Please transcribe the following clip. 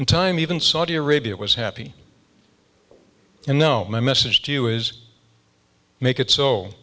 in time even saudi arabia was happy and now my message to you is make it so